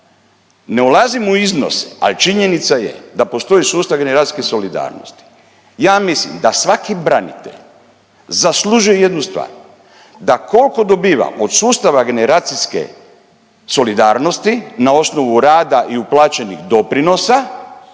ne ulazimo u iznos, ali činjenica je da postoji sustav generacijske solidarnosti. Ja mislim da svaki branitelj zaslužuje jednu stvar, da koliko dobiva od sustava generacijske solidarnosti na osnovu rada i uplaćenih doprinosa